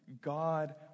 God